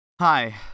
Hi